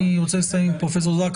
אם זאת הצגת עמדה, לא.